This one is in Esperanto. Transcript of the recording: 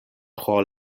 pro